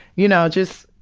you know, just